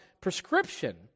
prescription